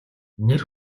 нэр